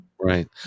right